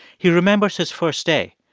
he remembers his first day,